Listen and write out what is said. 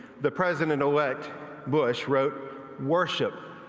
the president elect bush wrote worship,